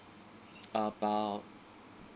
about